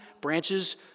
branches